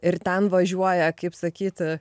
ir ten važiuoja kaip sakyt